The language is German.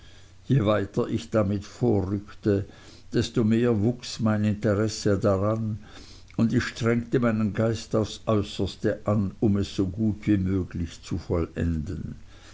je weiter ich damit vorrückte desto mehr wuchs mein interesse daran und ich strengte meinen geist aufs äußerste an um es so gut wie möglich zu vollen